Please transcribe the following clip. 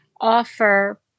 offer